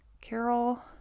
Carol